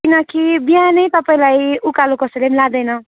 किनकि बिहानै तपाईँलाई उकालो कसैले पनि लाँदैन